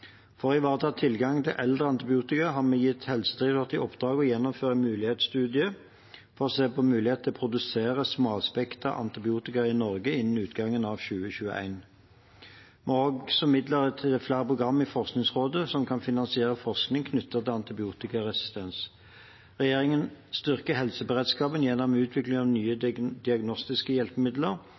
For å ivareta tilgangen til eldre antibiotika har vi gitt Helsedirektoratet i oppdrag å gjennomføre en mulighetsstudie for å se på mulighetene til/for å produsere smalspektret antibiotika i Norge innen utgangen av 2021. Vi gir også midler til flere program i Forskningsrådet som kan finansiere forskning knyttet til antibiotikaresistens. Regjeringen styrker helseberedskapen gjennom utvikling av nye diagnostiske hjelpemidler,